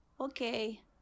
Okay